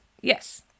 Yes